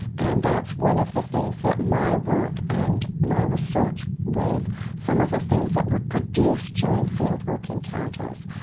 and that's one of the things that my work and my research with some of the things that were produced during fieldwork encounters,